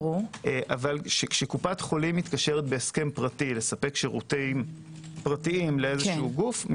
אבל כשקופת חולים מתקשרת בהסכם פרטי לספק שירותים פרטיים לאיזה גוף,